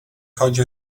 chodzi